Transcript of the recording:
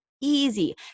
easy